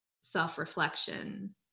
self-reflection